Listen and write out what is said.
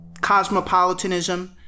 cosmopolitanism